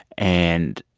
and